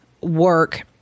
work